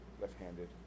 left-handed